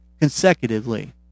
consecutively